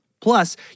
Plus